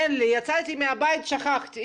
אין לי, יצאתי מהבית, שכחתי.